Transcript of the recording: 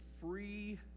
free